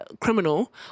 criminal